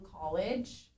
college